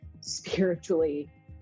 spiritually